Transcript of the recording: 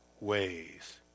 ways